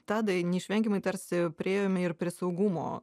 tadai neišvengiamai tarsi priėjome ir prie saugumo